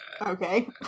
Okay